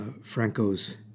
Franco's